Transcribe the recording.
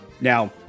Now